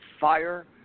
fire